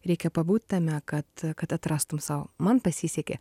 reikia pabūt tame kad kad atrastum sau man pasisekė